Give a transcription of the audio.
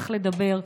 איך לדבר.